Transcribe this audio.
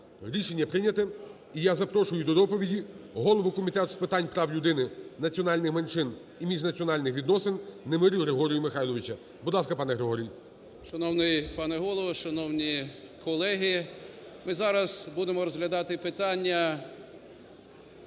Рішення прийняте. І я запрошую до доповіді голову Комітету з питань прав людини, національних меншин і міжнаціональних відносин Немирю Григорія Михайловича. Будь ласка, пане Григорій. 10:51:26 НЕМИРЯ Г.М. Шановний пане Голово, шановні колеги, ми зараз будемо розглядати питання